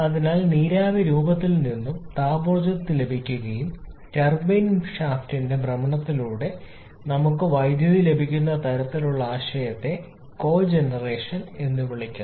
അതിനാൽ നീരാവി രൂപത്തിനിന്നും താപോർജ്ജത്തെ ലഭിക്കുകയും ടർബൈൻ ഷാഫ്റ്റിന്റെ ഭ്രമണത്തിലൂടെ നമുക്ക് വൈദ്യുതി ലഭിക്കുന്ന തരത്തിലുള്ള ആശയത്തെ കോജെനറേഷൻ എന്ന് വിളിക്കുന്നു